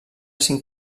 cinc